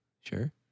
sure